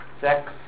sex